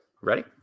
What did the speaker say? Ready